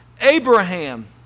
Abraham